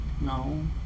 No